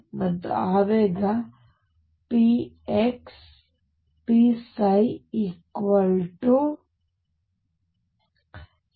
ಮತ್ತು ಆವೇಗ pψ ψk